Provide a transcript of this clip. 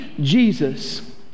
Jesus